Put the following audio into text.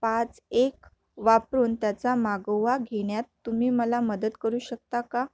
पाच एक वापरून त्याचा मागोवा घेण्यात तुम्ही मला मदत करू शकता का